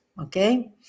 Okay